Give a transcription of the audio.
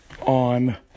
on